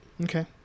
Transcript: Okay